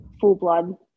full-blood